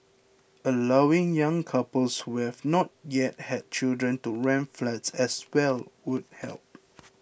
allowing young couples with not yet had children to rent flats as well would help